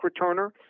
returner